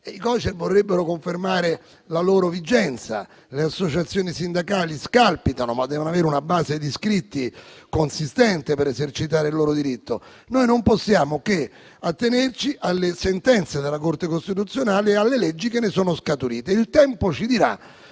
i Cocer vorrebbero confermare la loro vigenza, le associazioni sindacali scalpitano, ma devono avere una base di iscritti consistente per esercitare il loro diritto, noi non possiamo che attenerci alle sentenze della Corte costituzionale e alle leggi che ne sono scaturite. Il tempo ci dirà